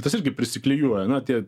tas irgi prisiklijuoja na tie